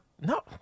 No